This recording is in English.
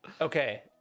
Okay